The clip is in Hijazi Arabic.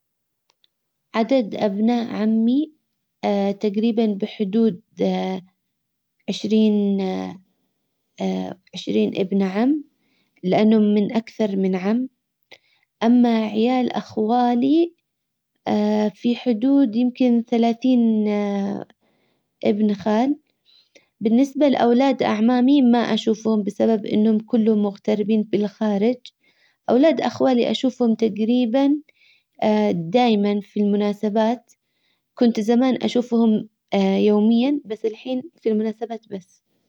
عدد ابناء عمي تجريبا بحدود عشرين عشرين ابن عم لانه من اكثر من عم اما عيال اخوالي في حدود يمكن ثلاثين ابن خال. بالنسبة لاولاد اعمامي ما اشوفهم بسبب انهم كلهم مغتربين بالخارج. اولاد اخوالي اشوفهم تقريبا دايما في المناسبات كنت زمان اشوفهم يوميا بس الحين في المناسبات.